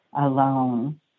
alone